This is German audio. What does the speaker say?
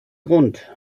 grund